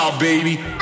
Baby